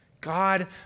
God